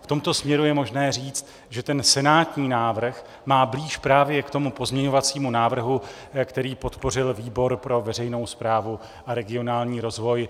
V tomto směru je možné říct, že senátní návrh má blíž právě k tomu pozměňovacímu návrhu, který podpořil výbor pro veřejnou správu a regionální rozvoj.